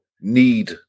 need